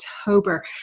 October